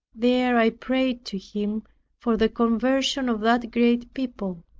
there i prayed to him for the conversion of that great people.